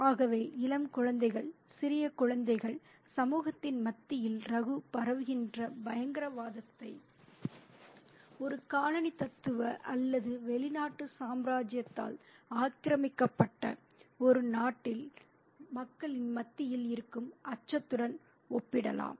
ஆகவே இளம்குழந்தைகள் சிறிய குழந்தைகள் சமூகத்தின் மத்தியில் ரகு பரவுகின்ற பயங்கரவாதத்தை ஒரு காலனித்துவ அல்லது வெளிநாட்டு சாம்ராஜ்யத்தால் ஆக்கிரமிக்கப்பட்ட ஒரு நாட்டில் மக்கள் மத்தியில் இருக்கும் அச்சத்துடன் ஒப்பிடலாம்